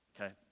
okay